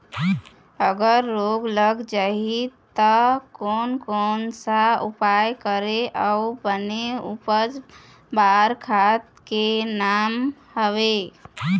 अगर रोग लग जाही ता कोन कौन सा उपाय करें अउ बने उपज बार खाद के नाम का हवे?